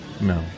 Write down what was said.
No